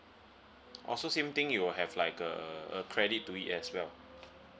oh so same thing you will have like a a credit to it as well